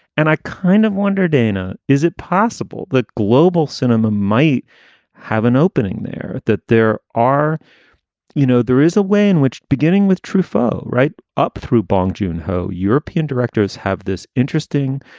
and i kind of wonder, dana, is it possible that global cinema might have an opening there, that there are you know, there is a way in which beginning with truffaut right up through bong joon ho, european directors have this interesting,